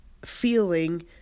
feeling